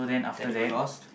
that you were lost